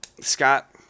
Scott